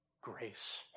grace